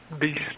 beast